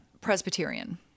Presbyterian